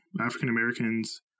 African-Americans